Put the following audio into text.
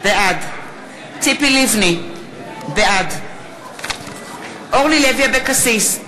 בעד ציפי לבני, בעד אורלי לוי אבקסיס,